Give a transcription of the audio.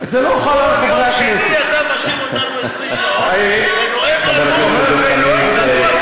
כל יום שני אתה משאיר אותנו 20 שעות ונואם לנו על קיצור שבוע העבודה.